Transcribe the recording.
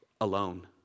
alone